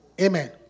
Amen